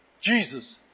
Jesus